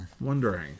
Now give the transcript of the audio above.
wondering